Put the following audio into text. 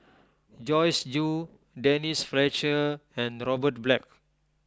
Joyce Jue Denise Fletcher and Robert Black